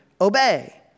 obey